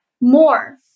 more